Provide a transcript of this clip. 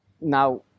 Now